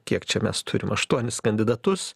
kiek čia mes turim aštuonis kandidatus